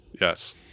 Yes